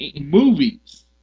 movies